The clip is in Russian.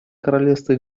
королевство